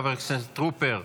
חבר הכנסת טרופר,